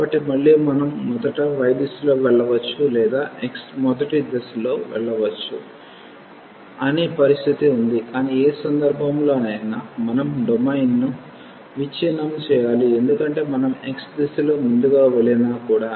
కాబట్టి మళ్లీ మనం మొదట y దిశలో వెళ్ళవచ్చు లేదా x మొదటి దిశలో వెళ్ళాలి అనే పరిస్థితి ఉంది కానీ ఏ సందర్భంలోనైనా మనం డొమైన్ని విచ్ఛిన్నం చేయాలి ఎందుకంటే మనం x దిశలో ముందుగా వెళ్లినా కూడా